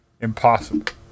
Impossible